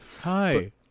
Hi